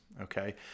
okay